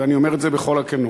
ואני אומר את זה בכל הכנות.